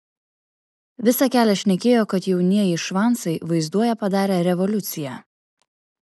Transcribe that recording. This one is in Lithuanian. visą kelią šnekėjo kad jaunieji švancai vaizduoja padarę revoliuciją